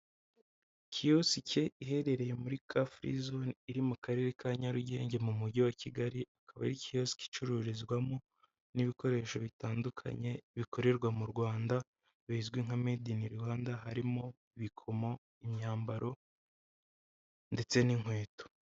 Ikiyosike iherereye muri ka furi zone iri mu karere ka Nyarugenge mu mujyi wa Kigali, akaba ari kiyosiki icururizwamo n'ibikoresho bitandukanye bikorerwa mu Rwanda, bizwi nka mede ini Rwanda, harimo ibikomo imyambaro ndetse n'inkweto.